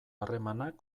harremanak